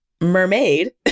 mermaid